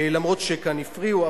אף שכאן הפריעו.